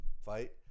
fight